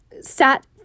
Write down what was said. sat